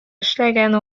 эшләгән